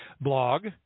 blog